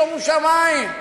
שומו שמים,